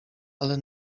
ale